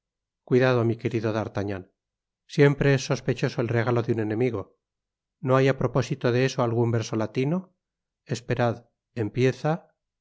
cuidado mi querido d'artagnan siempre es sospechoso el regalo de un enemigo no hay á propósito de eso algun verso latino esperad empieza